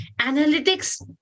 analytics